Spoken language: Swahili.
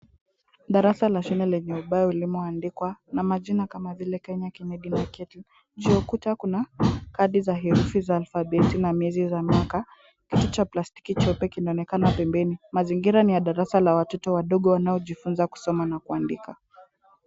Darasa la shule lenye mabao ulimoandikwa, na majina kama vile Kenya Kennedy Marketing. Juu ya ukuta kuna kadi za herufi za alfabeti na miezi za mwaka katika plastiki chope kinaonekana pembeni. Mazingira ni ya darasa la watoto wadogo wanaojifunza kusoma na kuandika.